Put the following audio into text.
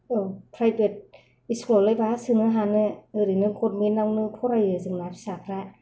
औ private school आवलाय बहा सोनो हानो ओरैनो गभर्नमेन्त आवनो फरायो जोंना फिसाफ्रा